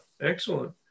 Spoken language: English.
Excellent